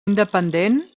independent